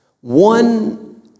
One